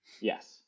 Yes